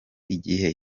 igihe